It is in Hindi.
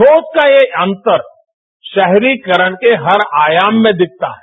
सोच का यह अंतर शहरीकरण के हर आयाम में दिखता है